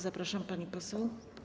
Zapraszam, pani poseł.